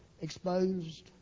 exposed